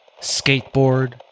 Skateboard